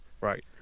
Right